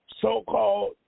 so-called